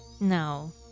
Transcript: no